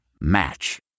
Match